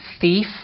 thief